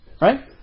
Right